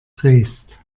drehst